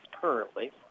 currently